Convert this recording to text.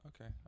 Okay